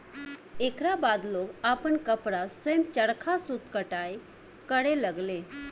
एकरा बाद लोग आपन कपड़ा स्वयं चरखा सूत कताई करे लगले